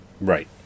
Right